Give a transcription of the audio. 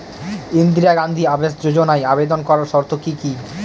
ইন্দিরা গান্ধী আবাস যোজনায় আবেদন করার শর্ত কি কি?